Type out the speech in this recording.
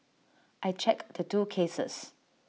I checked the two cases